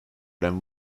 them